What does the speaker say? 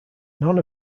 none